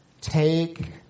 take